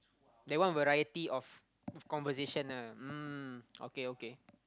that one variety of conversation lah mm okay okay